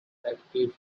active